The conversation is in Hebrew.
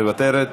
מוותרת,